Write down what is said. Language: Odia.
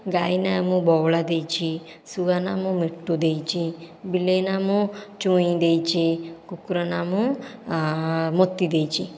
ଗାଈ ନାଁ ମୁଁ ବଉଳା ଦେଇଛି ଶୁଆ ନାଁ ମୁଁ ମିଟୁ ଦେଇଛି ବିଲେଇ ନାଁ ମୁଁ ଚୁଇଁ ଦେଇଛି କୁକୁର ନାଁ ମୁଁ ମୋତି ଦେଇଛି